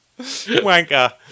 Wanker